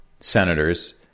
senators